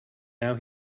now